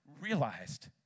realized